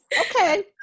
Okay